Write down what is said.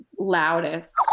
loudest